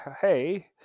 hey